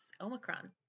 Omicron